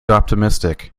optimistic